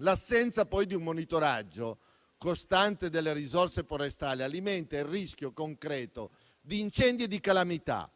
L'assenza poi di un monitoraggio costante delle risorse forestali alimenta il rischio concreto di incendi e di calamità